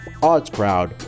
OddsCrowd